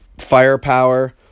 Firepower